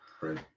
Right